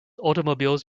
automobiles